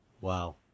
Wow